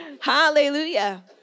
Hallelujah